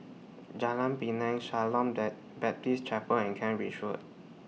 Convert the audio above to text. Jalan Pinang Shalom Baptist Chapel and Kent Ridge Road